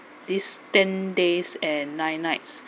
this ten days and nine nights